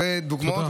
זו דוגמה.